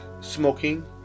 smoking